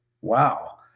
wow